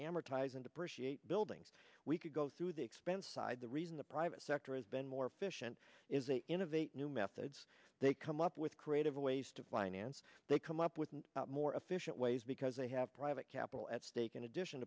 depreciate building we could go through the expense side the reason the private sector has been more efficient is a innovate new methods they come up with creative ways to finance they come up with more efficient ways because they have private capital at stake in addition